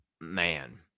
Man